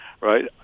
right